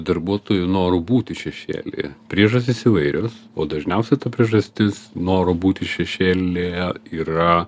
darbuotojų noru būti šešėlyje priežastys įvairios o dažniausiai ta priežastis noro būti šešėlyje yra